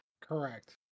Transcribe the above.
Correct